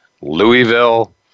Louisville